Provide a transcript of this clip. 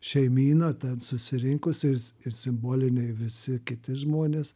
šeimyna ten susirinkusi ir s ir simboliniai visi kiti žmonės